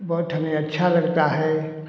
बहुत हमें अच्छा लगता है